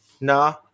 no